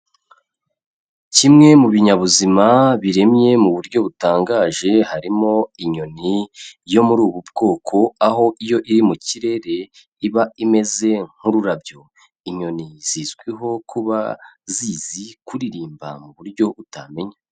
Kimwe mu binyabuzima biremye mu buryo butangaje, harimo inyoni yo muri ubu bwoko, aho iyo iri mu kirere iba imeze nk'ukururabyo. Inyoni zizwiho kuba zizi kuririmba mu buryo utamenya.